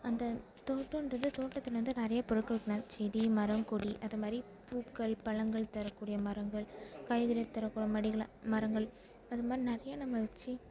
அந்த தோட்டோன்றது தோட்டத்தில் வந்து நிறைய பொருட்கள் செடி மரம் கொடி அதை மாதிரி பூக்கள் பழங்கள் தரக்கூடிய மரங்கள் காய்கறியை தரக்கூடிய மடிகளை மரங்கள் அதுமாதிரி நிறைய நம்ம வைச்சு